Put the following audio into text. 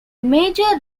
major